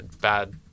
bad